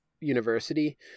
university